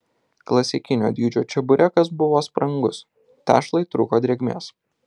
klasikinio dydžio čeburekas buvo sprangus tešlai trūko drėgmės